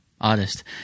artist